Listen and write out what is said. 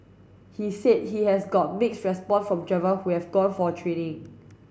he said he has got mixed response from driver who have gone for training